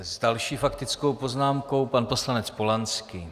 S další faktickou poznámkou pan poslanec Polanský.